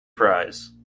prize